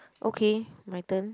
okay my turn